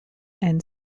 and